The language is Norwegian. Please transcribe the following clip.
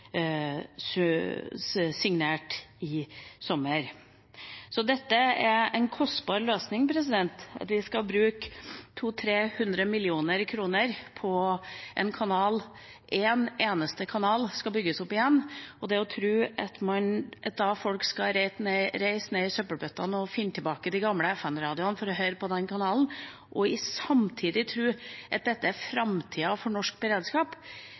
signert i sommer. Dette er en kostbar løsning – vi skal bruke 200–300 mill. kr på at en eneste kanal skal bygges opp igjen. Så om man da tror at folk skal ned i søppelbøttene og finne igjen de gamle FM-radioene for å høre på den kanalen, og samtidig tror at dette er framtida for norsk beredskap